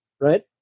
right